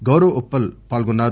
గౌరవ్ ఉప్పల్ పాల్గొన్నారు